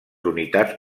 unitats